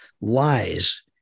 lies